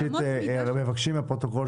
שלושה סעיפים ספציפיים.